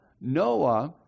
Noah